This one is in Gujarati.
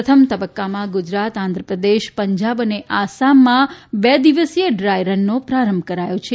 પ્રથમ તબ્બકામાં ગુજરાત આંઘ્રપ્રદેશ પંજાબ અને આસામમાં બે દિવસીય ડ્રાય રનનો પ્રારંભ કરાયો છે